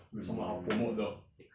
mm